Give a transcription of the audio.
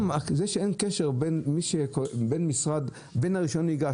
גם זה שאין קשר בין רישיון הנהיגה,